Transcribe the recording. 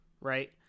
Right